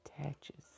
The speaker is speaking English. attaches